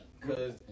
Cause